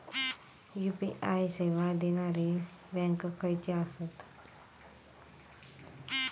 UPI सेवा देणारे bank खयचे आसत?